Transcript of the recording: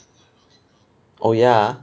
oh yeah